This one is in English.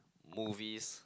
movies